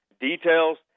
details